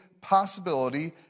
possibility